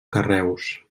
carreus